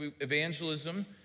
evangelism